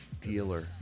dealer